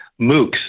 MOOCs